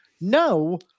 No